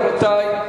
רבותי,